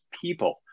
people